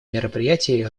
мероприятии